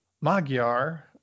Magyar